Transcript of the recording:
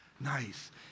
Nice